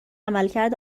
عملکرد